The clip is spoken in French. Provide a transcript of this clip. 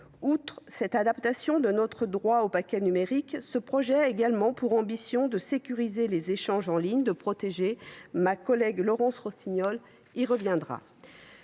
de cette adaptation de notre droit au paquet numérique, ce texte a également pour ambition de sécuriser les échanges en ligne. Ma collègue Laurence Rossignol y reviendra.